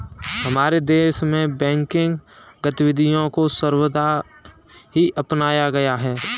हमारे देश में बैंकिंग गतिविधियां को सर्वथा ही अपनाया गया है